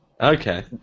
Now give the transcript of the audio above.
Okay